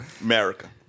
America